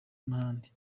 n’ahandi